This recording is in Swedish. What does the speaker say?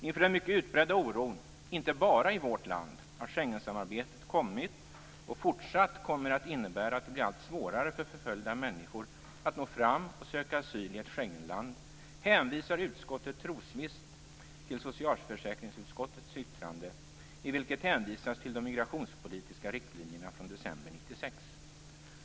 Inför den mycket utbredda oron, inte bara i vårt land, att Schengensamarbetet kommit och fortsatt kommer att innebära att det blir allt svårare för förföljda människor att nå fram och söka asyl i ett Schengenland, hänvisar utskottet trosvisst till socialförsäkringsutskottets yttrande, i vilket hänvisas till de migrationspolitiska riktlinjerna från december 1996.